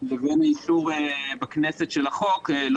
לבין האישור של החוק בכנסת וכדי שהפער לא